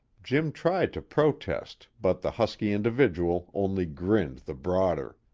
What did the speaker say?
jim tried to protest, but the husky individual only grinned the broader.